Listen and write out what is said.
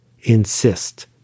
insist